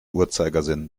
uhrzeigersinn